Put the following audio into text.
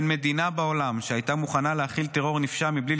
אין מדינה בעולם שהייתה מוכנה להכיל טרור נפשע מבלי